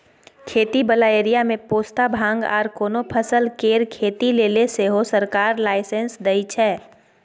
खेती बला एरिया मे पोस्ता, भांग आर कोनो फसल केर खेती लेले सेहो सरकार लाइसेंस दइ छै